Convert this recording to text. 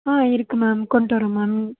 ஆ இருக்குது மேம் கொண்டுவர்றேன் மேம்